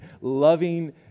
loving